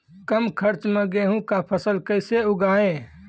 कम खर्च मे गेहूँ का फसल कैसे उगाएं?